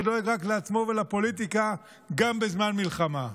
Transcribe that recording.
שדואג רק לעצמו ולפוליטיקה גם בזמן מלחמה,